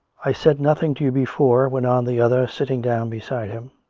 i said nothing to you before, went on the other, sit ting down beside him.